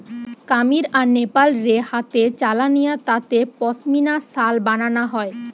কামীর আর নেপাল রে হাতে চালানিয়া তাঁতে পশমিনা শাল বানানা হয়